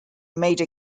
made